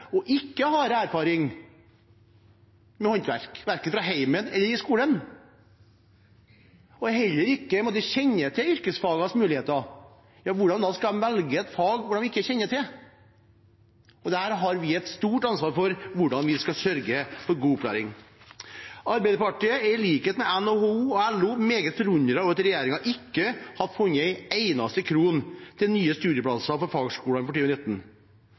og ikke har erfaring med håndverk, verken hjemmefra eller fra skolen, og heller ikke kjenner til yrkesfagenes muligheter, hvordan kan de velge et fag som de ikke kjenner til? Vi har et stort ansvar for hvordan vi skal sørge for god opplæring. Arbeiderpartiet er i likhet med NHO og LO meget forundret over at regjeringen ikke har funnet en eneste krone til nye studieplasser i fagskolene for